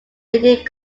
leading